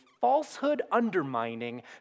falsehood-undermining